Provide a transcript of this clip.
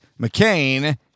McCain